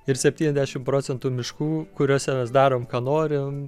ir septyniasdešimt procentų miškų kuriuose mes darom ką norim